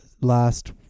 last